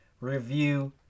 review